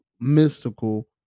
Mystical